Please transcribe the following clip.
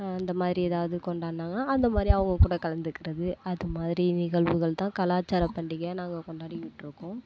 அந்த மாதிரி ஏதாவது கொண்டாடுனாங்கன்னால் அந்த மாதிரி அவங்கக்கூட கலந்துக்கிறது அது மாதிரி நிகழ்வுகள் தான் கலாச்சார பண்டிகையாக நாங்கள் கொண்டாடிக்கிட்டு இருக்கோம்